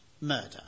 murder